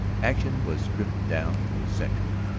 action was stripped down to essentials,